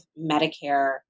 Medicare